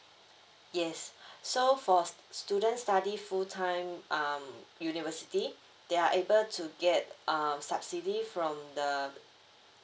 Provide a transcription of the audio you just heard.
yes so for st~ student study full time um university they are able to get um subsidy from the